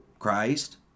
Christ